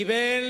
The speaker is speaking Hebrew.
הוא קיבל